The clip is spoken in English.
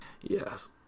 Yes